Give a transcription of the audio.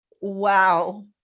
Wow